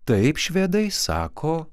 taip švedai sako